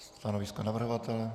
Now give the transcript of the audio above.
Stanovisko navrhovatele?